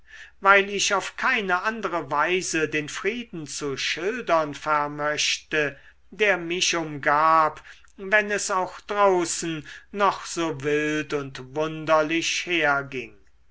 weil ich auf keine andere weise den frieden zu schildern vermöchte der mich umgab wenn es auch draußen noch so wild und wunderlich herging